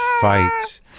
fights